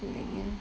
mm